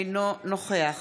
אינו נוכח